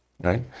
right